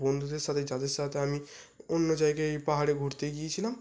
বন্ধুদের সাথে যাদের সাথে আমি অন্য জায়গায় পাহাড়ে ঘুরতে গিয়েছিলাম